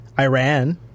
Iran